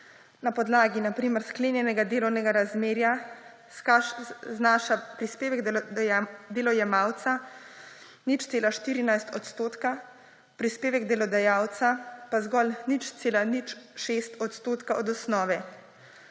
na primer sklenjenega delovnega razmerja znaša prispevek delojemalca 0,14 odstotka, prispevek delodajalca pa zgolj 0,06 odstotka od osnove,